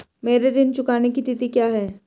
मेरे ऋण चुकाने की तिथि क्या है?